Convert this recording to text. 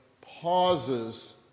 pauses